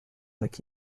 like